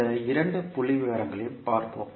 இந்த இரண்டு புள்ளிவிவரங்களையும் பார்ப்போம்